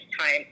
time